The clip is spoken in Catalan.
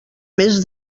més